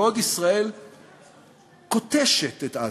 בעוד ישראל כותשת את עזה,